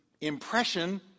impression